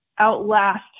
outlast